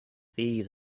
thieves